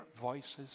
voices